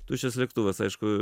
tuščias lėktuvas aišku